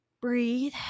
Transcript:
breathe